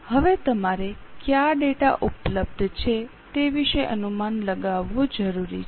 હવે તમારે કઇ માહિતી ઉપલબ્ધ છે તે વિશે અનુમાન લગાવવું જરૂરી છે